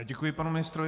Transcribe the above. Děkuji panu ministrovi.